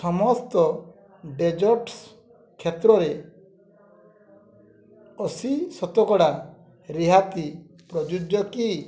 ସମସ୍ତ ଡେଜର୍ଟ୍ସ୍ କ୍ଷେତ୍ରରେ ଅଶୀ ଶତକଡ଼ା ରିହାତି ପ୍ରଯୁଜ୍ୟ କି